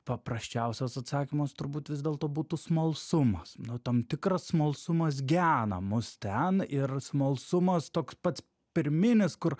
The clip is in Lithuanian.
paprasčiausias atsakymas turbūt vis dėlto būtų smalsumas nu tam tikras smalsumas gena mus ten ir smalsumas toks pats pirminis kur